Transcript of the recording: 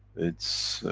it's.